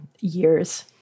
years